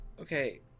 Okay